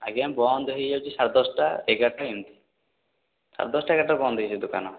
ଆଜ୍ଞା ବନ୍ଦ ହେଇଯାଉଛି ସାଢ଼େ ଦଶଟା ଏଗାରଟା ଏମିତି ସାଢ଼େ ଦଶଟା ଏଗାରଟା ବନ୍ଦ ହେଉଛି ଦୋକାନ